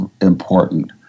important